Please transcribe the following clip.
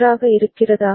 நன்றாக இருக்கிறதா